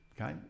okay